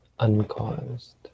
uncaused